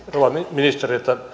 ministeriltä